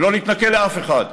ולא להתנכל לאף אחד,